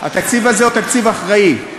התקציב הזה הוא תקציב אחראי.